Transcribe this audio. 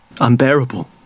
unbearable